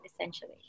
Essentially